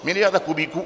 Miliarda kubíků.